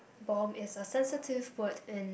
bomb is a sensitive word in